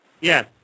Yes